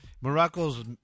morocco's